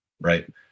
right